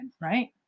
right